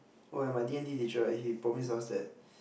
oh and my D-and-T teacher right he promised us that